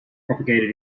propagated